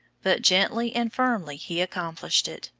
but gently and firmly he accomplished it,